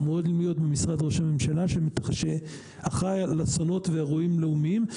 אמורים להיות במשרד ראש הממשלה שאחראי על אסונות ואירועים לאומיים.